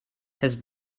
has